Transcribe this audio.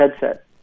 headset